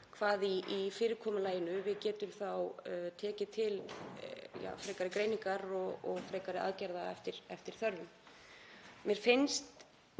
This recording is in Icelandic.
hvað í fyrirkomulaginu við getum þá tekið til frekari greiningar og frekari aðgerða eftir þörfum.